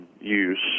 use